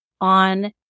on